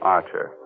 Archer